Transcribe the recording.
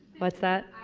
what's that?